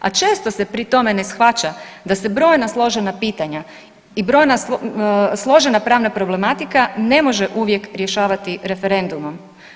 A često se pri tome ne shvaća da se brojna složena pitanja i brojna složena pravna problematika ne može uvijek rješavati referendumom.